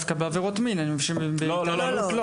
בכל עבירה שהיא,